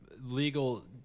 legal